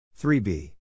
3b